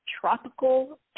tropical